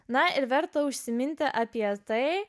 na ir verta užsiminti apie tai